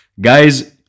guys